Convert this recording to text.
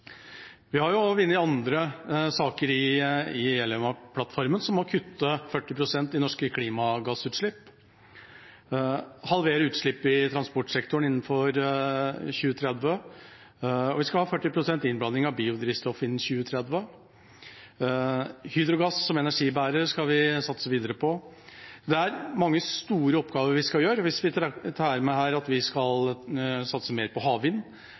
Vi har vunnet andre saker i Jeløya-plattformen, som å kutte 40 pst. i norske klimagassutslipp, halvere utslipp i transportsektoren innen 2030, og vi skal ha 40 pst. innblanding av biodrivstoff innen 2030. Hydrogen som energibærer skal vi satse videre på. Det er mange store oppgaver vi skal gjøre. Hvis vi tar med her at vi skal satse mer på havvind,